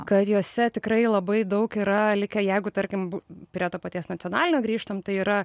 kad juose tikrai labai daug yra likę jeigu tarkim b prie to paties nacionalinio grįžtam tai yra